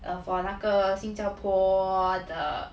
for 那个新加坡的